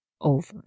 over